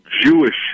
Jewish